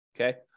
okay